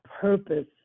purpose